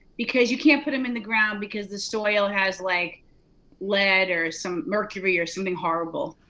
because you can't put them in the ground because the soil has like lead or some mercury or something horrible.